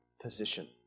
position